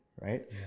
right